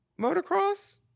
motocross